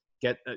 get